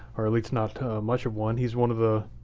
or at least not much of one. he's one of the,